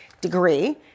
degree